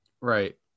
right